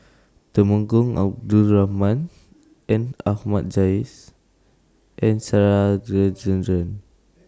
Temenggong Abdul Rahman and Ahmad Jais and Rajendran